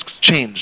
change